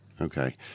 Okay